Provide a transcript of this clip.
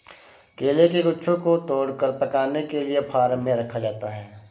केले के गुच्छों को तोड़कर पकाने के लिए फार्म में रखा जाता है